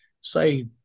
say